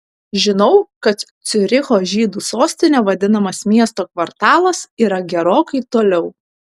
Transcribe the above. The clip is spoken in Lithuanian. žinau kad ciuricho žydų sostine vadinamas miesto kvartalas yra gerokai toliau